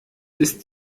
ist